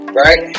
right